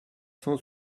cent